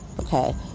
Okay